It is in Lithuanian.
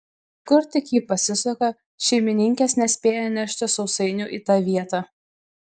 kur tik ji pasisuka šeimininkės nespėja nešti sausainių į tą vietą